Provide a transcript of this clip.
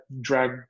drag